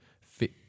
fit